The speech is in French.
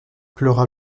pleura